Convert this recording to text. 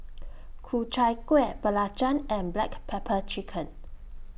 Ku Chai Kuih Belacan and Black Pepper Chicken